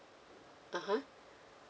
(uh huh)